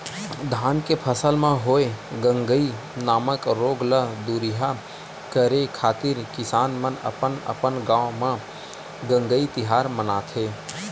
धान के फसल म होय गंगई नामक रोग ल दूरिहा करे खातिर किसान मन अपन अपन गांव म गंगई तिहार मानथे